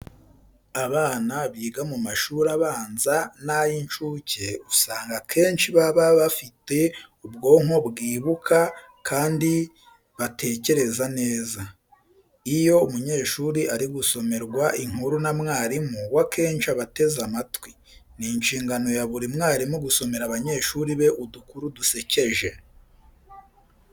Abana biga mu mashuri abanza n'ay'incuke usanga akenshi baba bafite ubwonko bwibika kandi batekereza neza. Iyo umunyeshuri ari gusomerwa inkuru na mwarimu we akenshi aba ateze amatwi. Ni inshingano ya buri mwarimu gusomera abanyeshuri be udukuru dusekeje.